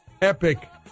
epic